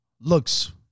looks